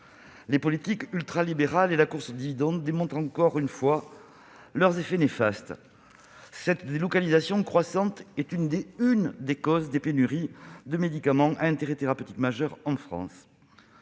Les politiques ultralibérales et la course aux dividendes démontrent une fois encore leurs effets néfastes. Cette délocalisation croissante est l'une des causes des pénuries de médicaments à intérêt thérapeutique majeur en France.